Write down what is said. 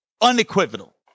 unequivocal